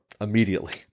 immediately